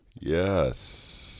yes